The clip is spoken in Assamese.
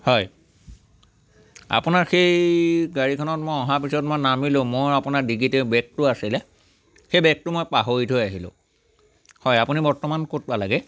হয় আপোনাৰ সেই গাড়ীখনত মই অহাৰ পিছত মই নামিলোঁ মোৰ আপোনাৰ ডিকিতে বেগটো আছিলে সেই বেগটো মই পাহৰি থৈ আহিলোঁ হয় আপুনি বৰ্তমান ক'ত পালেগৈ